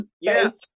Yes